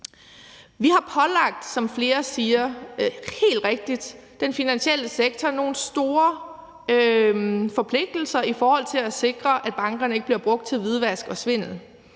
Vi har pålagt, som flere siger helt rigtigt, den finansielle sektor nogle store forpligtelser i forhold til at sikre, at bankerne ikke bliver brugt til hvidvask og svindel,